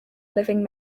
living